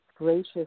gracious